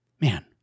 Man